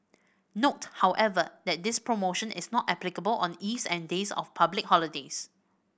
note however that this promotion is not applicable on eves and days of public holidays